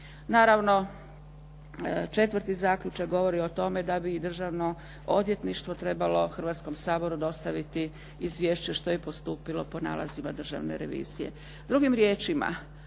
Naravno, četvrti zaključak govori o tome da bi Državno odvjetništvo trebalo Hrvatskom saboru dostaviti izvješće što je postupilo po nalazima Državne revizije.